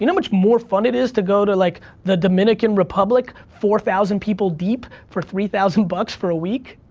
you know much more fun it is to go to like, the dominican republic, four thousand people deep for three thousand bucks for a week?